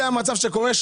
זה המצב שקורה.